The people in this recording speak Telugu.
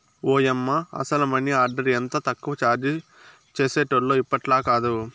ఓయమ్మ, అసల మనీ ఆర్డర్ ఎంత తక్కువ చార్జీ చేసేటోల్లో ఇప్పట్లాకాదు